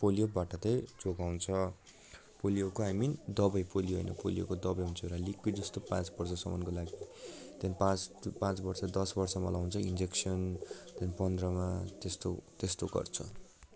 पोलियोबाट चाहिँ जोगाउँछ पोलियोको आई मिन दबाई पोलियो होइन पोलियोको दबाई हुन्छ एउटा लिक्विडजस्तो पाँच वर्षसम्मको लागि त्यहाँदेखि पाँच त्यो पाँच वर्ष दस वर्षमा लाउँछ इन्जेक्सन त्यहाँदेखि पन्ध्रमा त्यस्तो त्यस्तो गर्छ